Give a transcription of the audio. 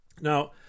Now